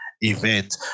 event